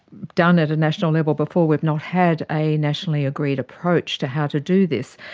done at a national level before, we have not had a nationally agreed approach to how to do this,